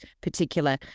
particular